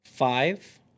Five